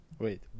Wait